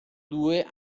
due